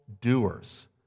doers